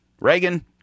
Reagan